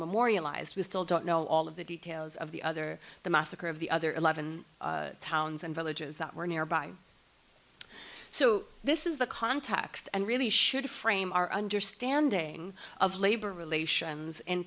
memorialized we still don't know all of the details of the other the massacre of the other eleven towns and villages that were nearby so this is the context and really should frame our understanding of labor relations in